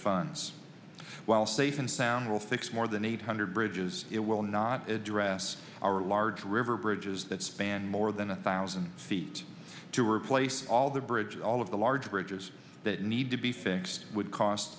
funds while safe and sound will fix more than eight hundred bridges it will not address our large river bridges that spanned more than a thousand feet to replace all the bridges all of the large bridges that need to be fixed would cost